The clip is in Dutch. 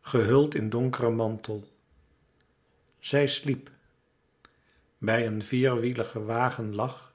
gehuld in donkeren mantel zij sliep bij een vierwieligen wagen lag